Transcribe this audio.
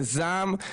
זה זעם,